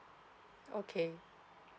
okay